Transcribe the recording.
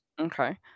Okay